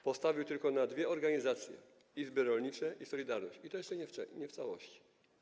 Postawił tylko na dwie organizacje: izby rolnicze i „Solidarność”, i to jeszcze nie w całości.